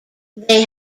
they